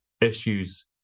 issues